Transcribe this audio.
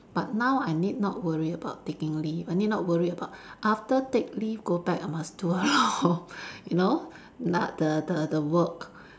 but now I need not worry about taking leave I need not worry about after take leave go back I must do a lot of you know na~ the the the work